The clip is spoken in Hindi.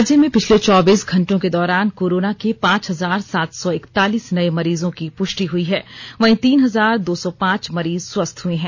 राज्य में पिछले चौबीस घंटों के दौरान पांच हजार सात सौ इकतालीस नये मरीजों की पुष्टि हुई है वहीं तीन हजार दो सौ पांच मरीज स्वस्थ हुए हैं